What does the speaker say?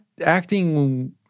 acting